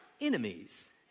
enemies